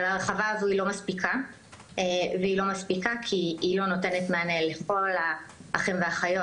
אבל ההרחבה הזו לא מספיקה כי היא לא נותנת מענה לכל האחים והאחיות